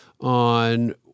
on